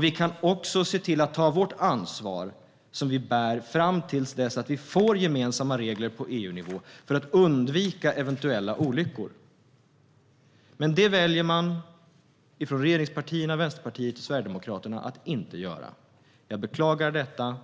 Vi kan också se till att ta vårt ansvar, som vi bär fram till dess vi får gemensamma regler på EU-nivå för att undvika eventuella olyckor. Från regeringspartierna, Vänsterpartiet och Sverigedemokraterna väljer man dock att inte göra det. Jag beklagar detta.